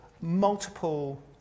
multiple